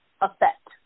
effect